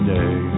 day